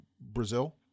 Brazil